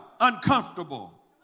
uncomfortable